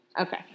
Okay